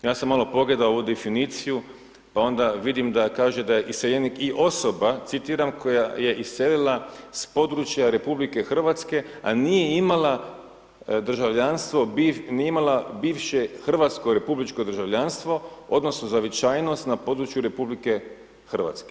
Ja sam malo pogledao ovu definiciju pa onda vidim da kaže da je iseljenik i osoba, citiram, koja je iselila s područja RH a nije imala državljanstvo, nije imalo bivše hrvatsko republičko državljanstvo odnosno zavičajnost na području RH.